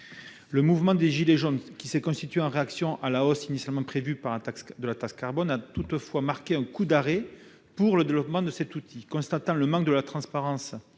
Le mouvement des « gilets jaunes », qui s'est constitué en réaction à la hausse initialement prévue de la taxe carbone, a toutefois marqué un coup d'arrêt au développement de cet outil. Constatant le manque de transparence